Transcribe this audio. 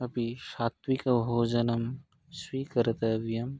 अपि सात्विकभोजनं स्वीकर्तव्यम्